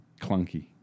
clunky